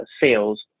sales